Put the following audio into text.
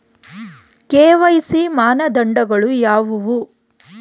KYC ಮಾನದಂಡಗಳು ಯಾವುವು?